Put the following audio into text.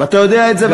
ואתה יודע את זה.